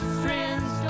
friends